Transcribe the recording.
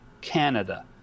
Canada